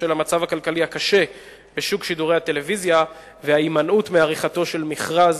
בשל המצב הכלכלי הקשה בשוק שידורי הטלוויזיה וההימנעות מעריכתו של מכרז